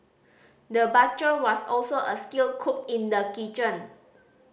the butcher was also a skilled cook in the kitchen